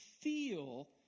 feel